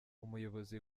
umuyobozi